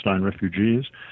refugees